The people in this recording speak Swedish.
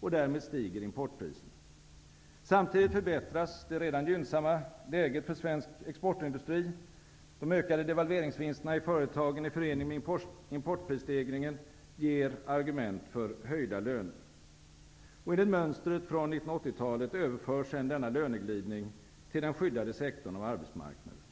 Därmed stiger importpriserna. Samtidigt förbättras det redan gynnsamma läget för svensk exportindustri. De ökade devalveringsvinsterna i företagen i förening med importprisstegringen ger argument för höjda löner. Enligt mönstret från 1980-talet överförs sedan denna löneglidning till den skyddade sektorn av arbetsmarknaden.